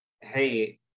hey